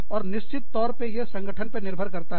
और निश्चित तौर पर यह संगठन पर निर्भर करता है